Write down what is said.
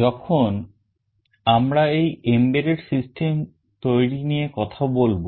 যখন আমরা এই embedded system তৈরি নিয়ে কথা বলব